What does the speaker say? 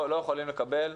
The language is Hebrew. אנחנו לא יכולים לקבל,